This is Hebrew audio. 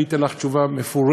אני אתן לך תשובה מפורטת.